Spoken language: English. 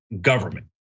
government